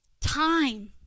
Time